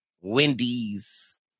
Wendy's